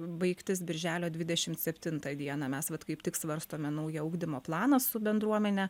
baigtis birželio videšimt septintą dieną mes vat kaip tik svarstome naują ugdymo planą su bendruomene